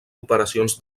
operacions